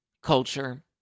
Culture